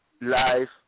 life